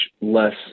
less